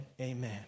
amen